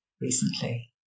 recently